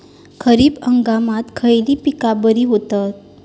खरीप हंगामात खयली पीका बरी होतत?